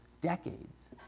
decades